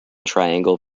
triangle